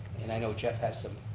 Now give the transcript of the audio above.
and i know jeff has some